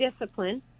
discipline